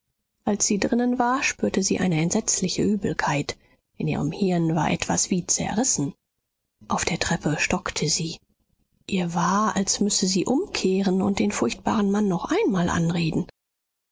als sie drinnen war spürte sie eine entsetzliche übelkeit in ihrem hirn war etwas wie zerrissen auf der treppe stockte sie ihr war als müsse sie umkehren und den furchtbaren mann noch einmal anreden